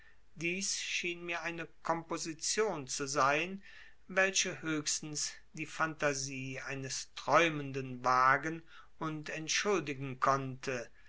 dies schien mir eine komposition zu sein welche höchstens die phantasie eines träumenden wagen und entschuldigen konnte